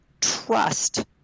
trust